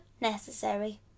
Necessary